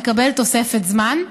מקבל תוספת זמן.